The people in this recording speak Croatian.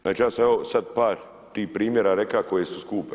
Znači ja sam sad par tih primjera rekao koji su skupi.